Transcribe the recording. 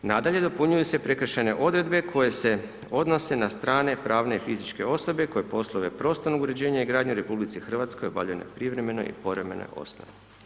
Nadalje, dopunjuju se prekršajne odredbe koje se odnose na strane pravne i fizičke osobe koje poslove poslovnog uređenja i gradnje u RH obavljaju na privremenoj i povremenoj osnovi.